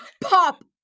pop